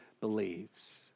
believes